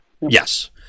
yes